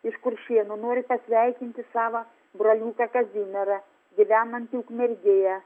iš kuršėnų noriu pasveikinti savą broliuką kazimierą gyvenantį ukmergėje